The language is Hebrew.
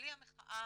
בלי המחאה,